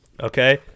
Okay